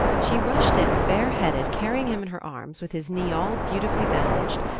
she rushed in bareheaded, carrying him in her arms, with his knee all beautifully bandaged,